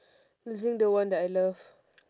losing the one that I love